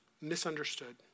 misunderstood